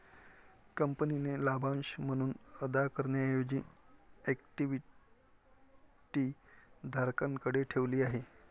कंपनीने लाभांश म्हणून अदा करण्याऐवजी इक्विटी धारकांकडे ठेवली आहे